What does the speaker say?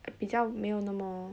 比较没有那么